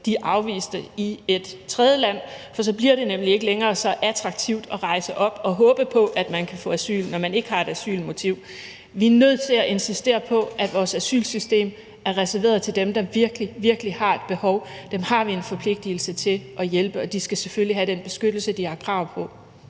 de afviste i et tredjeland, for så bliver det nemlig ikke længere så attraktivt at rejse op og håbe på, at man kan få asyl, når man ikke har et asylmotiv. Vi er nødt til at insistere på, at vores asylsystem er reserveret til dem, der virkelig, virkelig har et behov, dem har vi en forpligtigelse til at hjælpe, og de skal selvfølgelig have den beskyttelse, de har krav på.